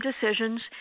decisions